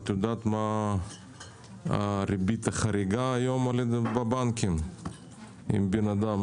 את יודעת מה הריבית החריגה היום בבנקים לבן אדם?